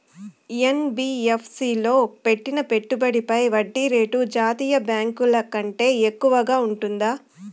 NBFC లో పెట్టిన పెట్టుబడి పై వడ్డీ రేటు జాతీయ బ్యాంకు ల కంటే ఎక్కువగా ఉంటుందా?